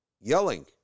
yelling